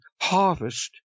harvest